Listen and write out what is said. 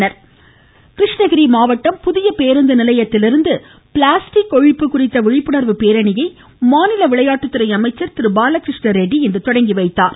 ம் ம் ம் ம் ம் ம பாலகிருஷ்ண ரெட்டி கிருஷ்ணகிரி மாவட்டம் புதிய பேருந்து நிலையத்திலிருந்து பிளாஸ்டிக் ஒழிப்பு குறித்த விழிப்புணர்வு பேரணியை மாநில விளையாட்டுத்துறை அமைச்சர் திரு பாலகிருஷ்ண ரெட்டி இன்று தொடங்கி வைத்தார்